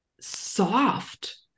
soft